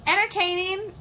Entertaining